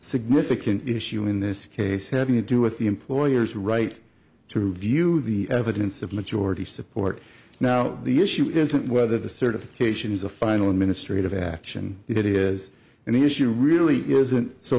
significant issue in this case having to do with the employer's right to review the evidence of majority support now the issue isn't whether the certification is a final administrative action it is an issue really isn't so